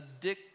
addictive